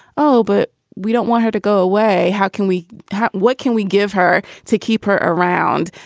oh, but we don't want her to go away. how can we what can we give her to keep her around?